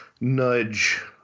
nudge